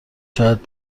شاید